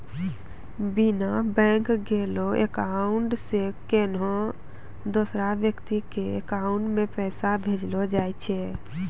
बिना बैंक गेलैं अकाउंट से कोन्हो दोसर व्यक्ति के अकाउंट मे पैसा भेजलो जाय छै